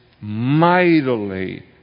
mightily